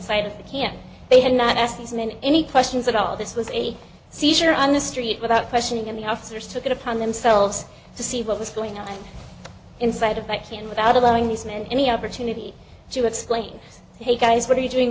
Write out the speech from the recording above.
sight of the can they had not asked these men any questions at all this was a seizure on the street without questioning of the officers took it upon themselves to see what was going on inside if i can without allowing these men any opportunity to explain hey guys what are you doing